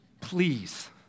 please